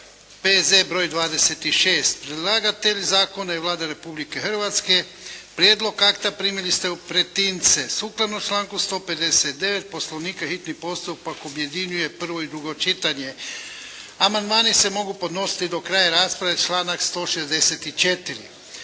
P.Z. br. 26 Predlagatelj zakona je Vlada Republike Hrvatske. Prijedlog akta primili ste u pretince. Sukladno članku 159. poslovnika hitni postupak objedinjuje prvo i drugo čitanje. Amandmani se mogu podnositi do kraja rasprave, članak 164.